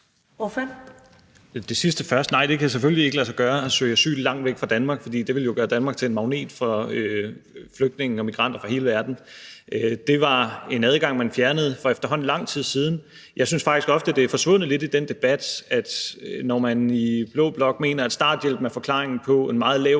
det sidste først: Nej, det kan selvfølgelig ikke lade sig gøre at søge asyl langt væk fra Danmark, fordi det ville jo gøre Danmark til en magnet for flygtninge og migranter fra hele verden. Det var en adgang, man fjernede for efterhånden lang tid siden. Jeg synes faktisk ofte, det er forsvundet lidt i den debat. Når man i blå blok mener, at starthjælpen er forklaringen på en meget lav